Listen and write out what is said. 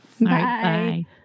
Bye